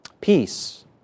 Peace